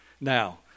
Now